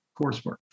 coursework